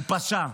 הוא פשע.